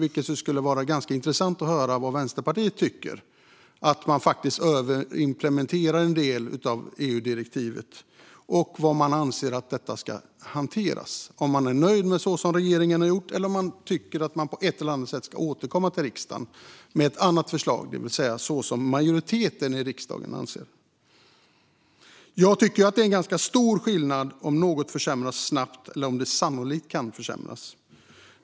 Det skulle vara ganska intressant att höra vad Vänsterpartiet tycker om att man överimplementerar en del av EU-direktivet och hur man anser att detta ska hanteras - om man är nöjd med vad regeringen har gjort eller om man tycker att regeringen på ett eller annat sätt ska återkomma till riksdagen med ett annat förslag, så som majoriteten i riksdagen anser. Jag tycker att det är ganska stor skillnad mellan om något försämras snabbt och om det sannolikt kan försämras.